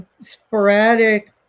sporadic